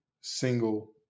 single